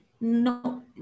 No